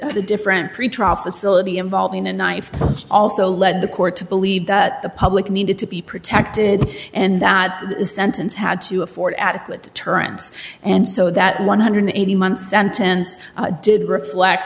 at a different pretrial facility involving a knife also led the court to believe that the public needed to be protected and that the sentence had to afford adequate deterrence and so that one hundred and eighty month sentence didn't reflect